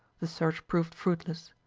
the search proved fruitless.